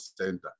center